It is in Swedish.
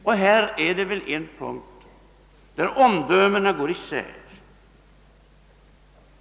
Detta är väl en punkt där omdömena går isär.